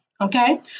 okay